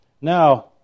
Now